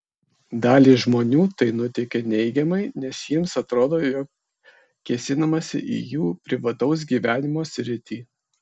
dalį žmonių tai nuteikia neigiamai nes jiems atrodo jog kėsinamasi į jų privataus gyvenimo sritį